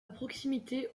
proximité